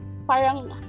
Parang